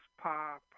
pop